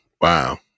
Wow